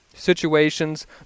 situations